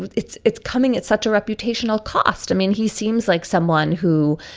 but it's it's coming at such a reputational cost. i mean, he seems like someone who,